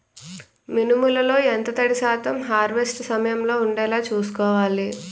మినుములు లో ఎంత తడి శాతం హార్వెస్ట్ సమయంలో వుండేలా చుస్కోవాలి?